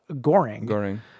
Goring